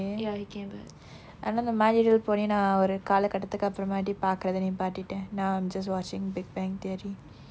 yeah he came back ஆனா இந்த:aanaa intha my little pony நான் ஒரு காலகட்டத்துக்கு அப்புராம்ட்டி பார்க்கிறதை நிப்பாட்டிட்டேன்:naan oru kaalakattathukku appuraamatti paarkirathai nippaatitten now I'm just watching big bang theory